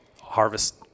harvest